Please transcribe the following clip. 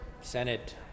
Senate